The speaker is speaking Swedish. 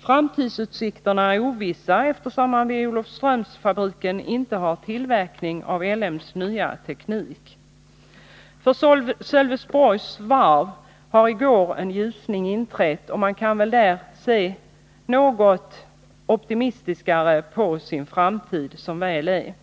Framtidsutsikterna är ovissa, eftersom man vid Olofströmsfabriken inte har tillverkning av LM:s nya teknik. För Sölvesborgs varv har i går en ljusning inträtt, och man kan väl där se något mera optimistiskt på sin framtid, som väl är.